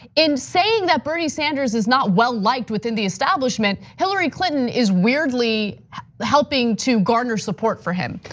in saying that bernie sanders is not well liked within the establishment. hillary clinton is weirdly helping to garner support for him.